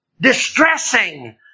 distressing